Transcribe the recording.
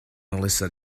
melissa